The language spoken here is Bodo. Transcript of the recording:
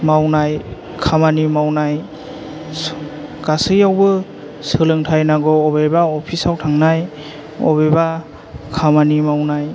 मावनाय खामानि मावनाय गासैयावबो सोलोंथाइ नांगौ बबेबा अफिसाव थांनाय बबेबा खामानि मावनाय